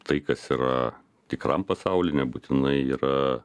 tai kas yra tikram pasaulyj nebūtinai yra